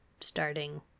starting